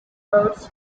roads